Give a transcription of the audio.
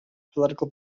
political